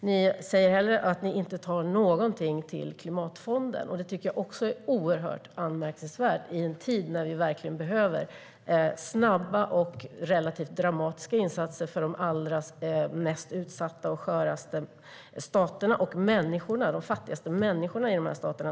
Ni säger att ni inte tar någonting till klimatfonden, och det tycker jag också är oerhört anmärkningsvärt i en tid när vi verkligen behöver snabba och relativt dramatiska insatser för de allra mest utsatta och sköraste staterna, inte minst för de fattigaste människorna i de här staterna.